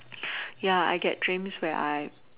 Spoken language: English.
ya I get dreams where I